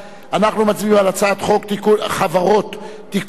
אנחנו מצביעים על הצעת חוק החברות (תיקון מס'